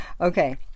Okay